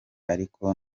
ariko